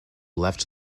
left